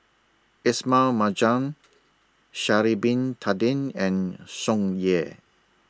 Ismail Marjan Sha'Ari Bin Tadin and Tsung Yeh